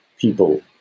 people